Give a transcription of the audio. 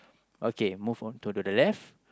okay move on to the the left